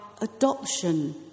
adoption